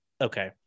Okay